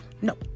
No